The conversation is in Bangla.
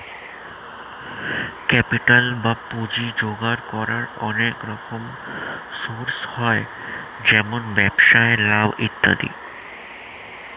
ক্যাপিটাল বা পুঁজি জোগাড় করার অনেক রকম সোর্স হয়, যেমন ব্যবসায় লাভ ইত্যাদি